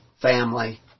family